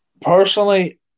personally